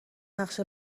نقشه